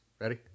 Ready